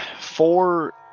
Four